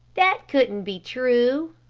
that couldn't be true.